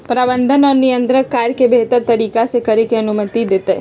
प्रबंधन और नियंत्रण कार्य के बेहतर तरीका से करे के अनुमति देतय